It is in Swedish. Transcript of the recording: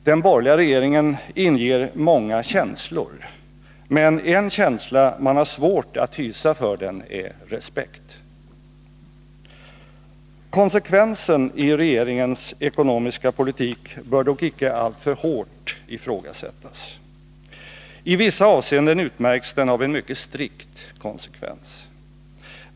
Den borgerliga regeringen inger många känslor, men en känsla som man har svårt att hysa för den är respekt. Konsekvensen i regeringens ekonomiska politik bör dock icke alltför hårt ifrågasättas. I vissa avseenden utmärks den av en mycket strikt konsekvens.